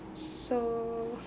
so